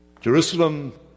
Jerusalem